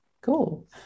Cool